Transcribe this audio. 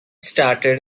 started